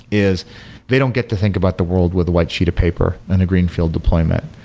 is they don't get to think about the world with a white sheet of paper and a greenfield deployment.